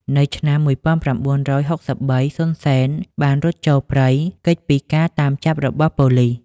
នៅឆ្នាំ១៩៦៣ សុន សេន បានរត់ចូលព្រៃ គេចពីការតាមចាប់របស់ប៉ូលីស។